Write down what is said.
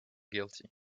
guilty